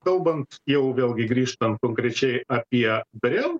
kalbant jau vėlgi grįžtant konkrečiai apie brel